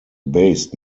based